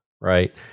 right